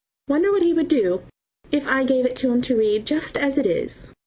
wonder what he would do if i gave it to him to read just as it is?